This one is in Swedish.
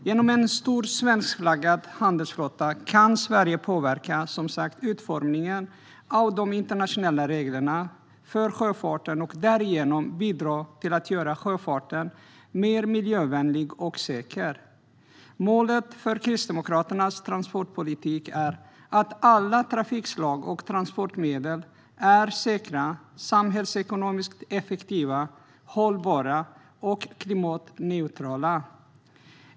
Genom en stor svenskflaggad handelsflotta kan Sverige, som sagt, påverka utformningen av de internationella reglerna för sjöfarten och därigenom bidra till att göra sjöfarten mer miljövänlig och säker. Målet för Kristdemokraternas transportpolitik är att alla trafikslag och transportmedel är säkra, samhällsekonomiskt effektiva, hållbara och klimatneutrala.